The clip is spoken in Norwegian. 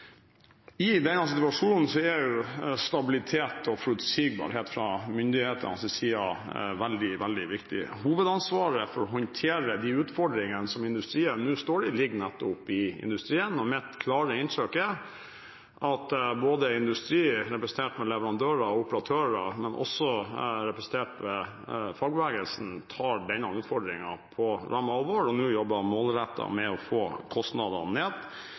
I denne situasjonen er stabilitet og forutsigbarhet fra myndighetenes side veldig, veldig viktig. Hovedansvaret for å håndtere de utfordringene som industrien nå står i, ligger nettopp hos industrien, og mitt klare inntrykk er at industrien, representert ikke bare ved leverandører og operatører, men også representert ved fagbevegelsen, tar denne utfordringen på ramme alvor og jobber nå målrettet med å få kostnadene ned